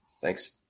Thanks